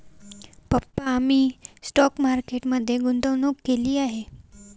पप्पा मी stock market मध्ये गुंतवणूक केली आहे